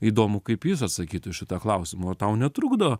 įdomu kaip jis atsakytų į šitą klausimą ar tau netrukdo